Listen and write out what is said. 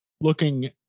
looking